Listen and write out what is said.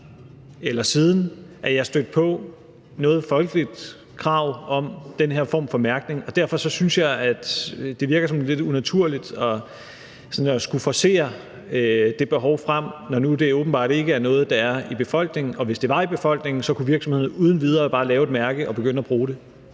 eller siden er jeg stødt på noget folkeligt krav om den her form for mærkning. Derfor synes jeg, at det virker sådan lidt unaturligt at skulle forcere det behov frem, når nu det åbenbart ikke er noget, der er i befolkningen, og hvis det var i befolkningen, kunne virksomhederne uden videre bare lave et mærke og begynde at bruge det.